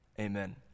amen